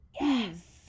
Yes